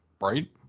Right